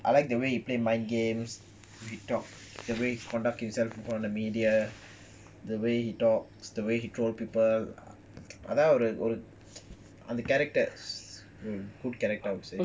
I like the way he play mind games he talk the way he conduct himself in front of the media the way he talks the way he troll people அதான்ஒருஒருஅந்த:adhan oru oru andha characters good character I will say